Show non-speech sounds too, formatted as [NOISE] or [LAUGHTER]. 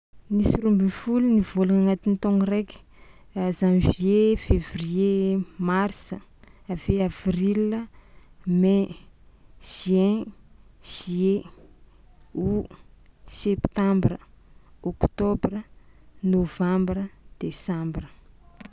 Misy roa amby folo ny vôlagna agnatin'ny taogno raiky: [HESITATION] janvier, février, mars, avy eo avril, mai, juin, juillet, août, septambra, ôktôbra, nôvambra, desambra.